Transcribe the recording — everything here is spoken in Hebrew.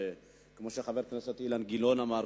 כמו שחבר הכנסת אילן גילאון אמר,